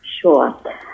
Sure